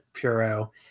puro